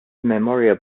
memorial